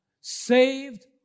saved